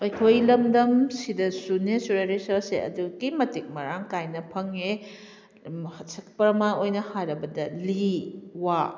ꯑꯩꯈꯣꯏ ꯂꯝꯗꯝ ꯁꯤꯗꯁꯨ ꯅꯦꯆꯔꯦꯜ ꯔꯤꯁꯣꯔꯁꯁꯦ ꯑꯗꯨꯛꯀꯤ ꯃꯇꯤꯛ ꯃꯔꯥꯡ ꯀꯥꯏꯅ ꯐꯪꯉꯦ ꯄ꯭ꯔꯃꯥꯟ ꯑꯣꯏꯅ ꯍꯥꯏꯔꯕꯗ ꯂꯤ ꯋꯥ